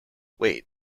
wait